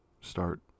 start